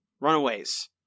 Runaways